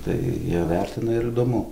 tai jie vertina ir įdomu